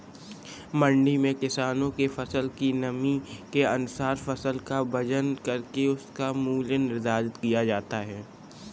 मंडी में किसानों के फसल की नमी के अनुसार फसल का वजन करके उसका मूल्य निर्धारित किया जाता है